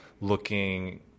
looking